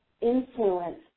influence